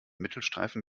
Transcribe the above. mittelstreifen